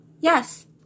Yes